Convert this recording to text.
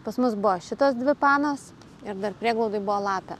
pas mus buvo šitos dvi panos ir dar prieglaudoj buvo lapė